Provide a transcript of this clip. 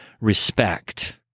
Respect